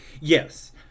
Yes